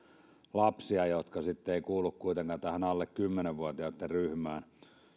lapsia jotka eivät kuulu kuitenkaan tähän alle kymmenen vuotiaitten ryhmään